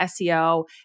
SEO